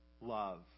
love